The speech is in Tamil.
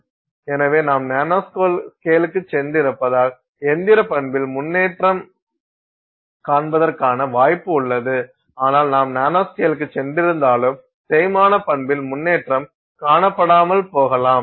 எனவே நாம் நானோஸ்கேலுக்குச் சென்றிருப்பதால் இயந்திரபண்பில் முன்னேற்றம் காண்பதற்கான வாய்ப்பு உள்ளது ஆனால் நாம் நானோஸ்கேலுக்குச் சென்றிருந்தாலும் தேய்மான பண்பில் முன்னேற்றம் காணப்படாமல் போகலாம்